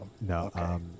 No